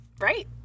Right